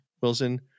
Wilson –